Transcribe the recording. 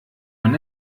man